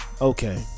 Okay